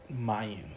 Mayans